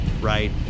right